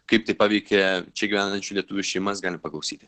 kaip tai paveikė čia gyvenančių lietuvių šeimas paklausyti